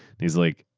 heas like,